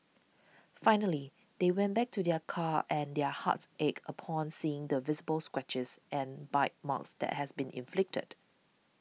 finally they went back to their car and their hearts ached upon seeing the visible scratches and bite marks that has been inflicted